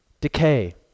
decay